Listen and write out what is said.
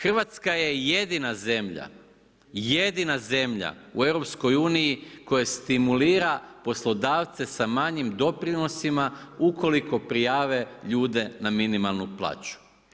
Hrvatska je jedina zemlja, jedina zemlja u EU koja stimulira poslodavce sa manjim doprinosima ukoliko prijave ljude na minimalnu plaću.